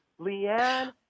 Leanne